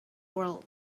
world